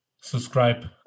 subscribe